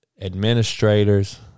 administrators